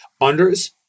Unders